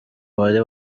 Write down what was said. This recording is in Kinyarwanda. wari